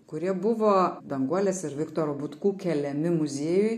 kurie buvo danguolės ir viktoro butkų keliami muziejui